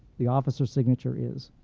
the officer's signature is.